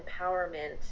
empowerment